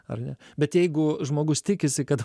ar ne bet jeigu žmogus tikisi kad